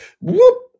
whoop